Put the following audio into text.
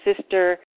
sister